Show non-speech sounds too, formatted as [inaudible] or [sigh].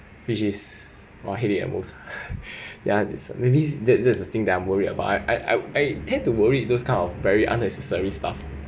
which is more headache at most [laughs] ya this maybe this this is the thing that I'm worried about I I I tend to worry those kind of very unnecessary stuff